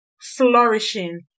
flourishing